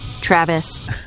Travis